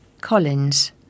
Collins